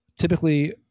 typically